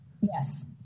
Yes